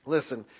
Listen